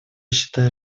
считает